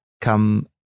come